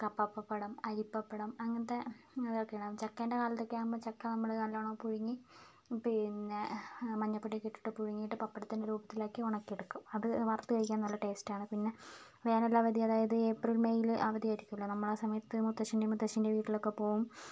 കപ്പ പപ്പടം അരി പപ്പടം അങ്ങനത്തെ അതൊക്കെയാണ് ചക്കയുടെ കാലത്തോക്കെ ആകുമ്പോൾ ചക്ക നമ്മള് നല്ലോണം പുഴുങ്ങി പിന്നെ മഞ്ഞ പൊടി ഒക്കെ ഇട്ടിട്ട് പുഴുങ്ങിട്ട് പപ്പടത്തിൻറ്റ രൂപത്തിലാക്കി ഉണക്കി എടുക്കും അത് വറുത്ത് കഴിക്കാൻ നല്ല ടേസ്റ്റ് ആണ് പിന്നെ വേനൽ അവധി അതായത് ഏപ്രിൽ മെയ്ല് അവധി ആയിരിക്കുമല്ലോ നമ്മൾ ആ സമയത്ത് മുത്തശ്ശൻറ്റെയും മുത്തശ്ശിയുടെയും വീട്ടിലൊക്കെ പോകും